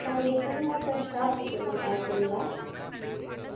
நாங்கள் ஹேமாகிற ஷாப் வச்சுருக்கோம் காரைக்குடியில்